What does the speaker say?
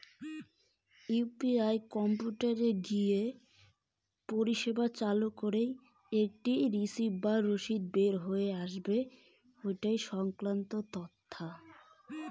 গত এক মাসের ইউ.পি.আই পরিষেবার ব্যালান্স সংক্রান্ত তথ্য কি কিভাবে বের করব?